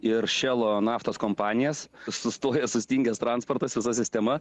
ir šėlo naftos kompanijas sustoja sustingęs transportas visa sistema